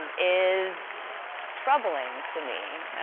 and is troubling to me,